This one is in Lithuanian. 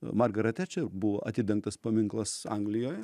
margaret tečer buvo atidengtas paminklas anglijoje